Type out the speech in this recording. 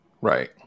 Right